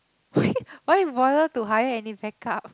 why why bother to hire any backup